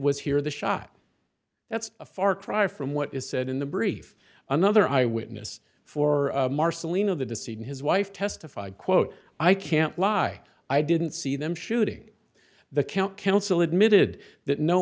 was hear the shot that's a far cry from what is said in the brief another eyewitness for marsa lean of the deceit and his wife testified quote i can't lie i didn't see them shooting the count council admitted that no